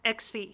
XV